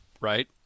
right